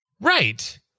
Right